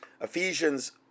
Ephesians